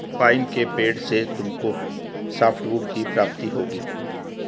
pine के पेड़ से तुमको सॉफ्टवुड की प्राप्ति होगी